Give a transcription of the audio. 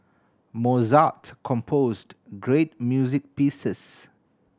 Mozart composed great music pieces